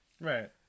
Right